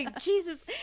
Jesus